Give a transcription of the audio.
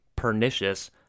pernicious